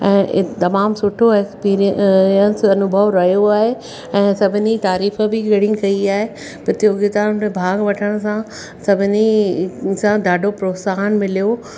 ऐं तमामु सुठो एक्सपीरिएंस अनुभव रहियो आहे ऐं सभिनी तारीफ़ बि घणी कई आहे प्रतियोगिताउनि में भाॻु वठण सां सभिनी सां ॾाढो प्रोत्साहनि मिलियो